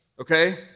Okay